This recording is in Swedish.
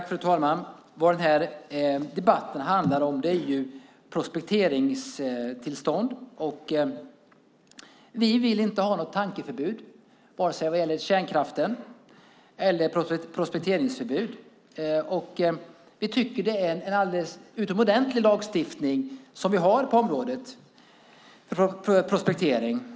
Fru talman! Den här debatten handlar om prospekteringstillstånd. Vi vill inte ha något tankeförbud, vare sig när det gäller kärnkraften eller prospekteringen. Vi tycker att det är en alldeles utomordentlig lagstiftning som vi har på området prospektering.